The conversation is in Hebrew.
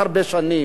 הושמץ,